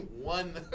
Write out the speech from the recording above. one